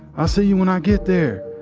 i'll see you when i get there.